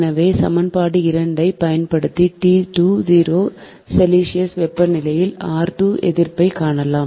எனவே சமன்பாடு 2 ஐப் பயன்படுத்தி செல்சியஸ் வெப்பநிலையில் எதிர்ப்பைக் காணலாம்